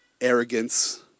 arrogance